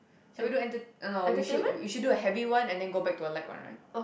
shall we do enter~ ah no we should we should do a heavy one and then go back to a light one right